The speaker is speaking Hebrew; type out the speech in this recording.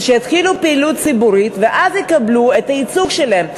שיתחילו בפעילות ציבורית ואז יקבלו את הייצוג שלהן.